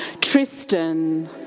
Tristan